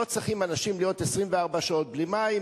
אנשים לא צריכים להיות 24 שעות בלי מים,